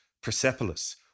Persepolis